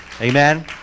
Amen